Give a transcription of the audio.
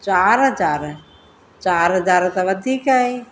चारि हज़ार चारि हज़ार त वधीक आहे